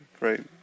right